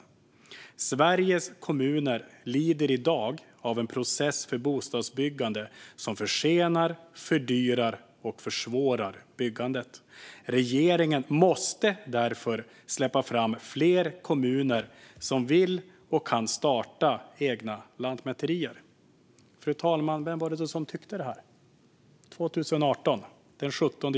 Och sedan: "Sveriges kommuner lider idag av en process för bostadsbyggande som försenar, fördyrar och försvårar byggandet. Regeringen måste därför släppa fram fler kommuner som vill och kan starta egna lantmäterier." Vem var det som tyckte så den 17 juli 2018, fru talman?